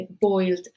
boiled